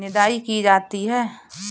निदाई की जाती है?